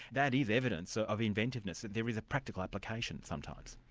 that is evidence so of inventiveness, that there is a practical application sometimes.